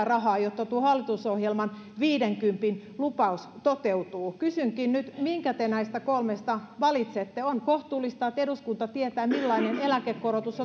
rahaa jotta tuo hallitusohjelman viidenkympin lupaus toteutuu kysynkin nyt minkä te näistä kolmesta valitsette on kohtuullista että eduskunta tietää millainen eläkekorotus